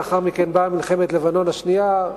לאחר מכן באה מלחמת לבנון השנייה,